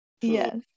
Yes